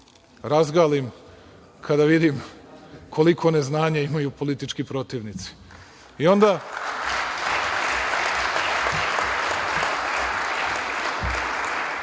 razgalim kada vidim koliko neznanje imaju politički protivnici. Onda